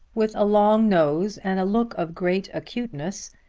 with a long nose and look of great acuteness,